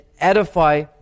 edify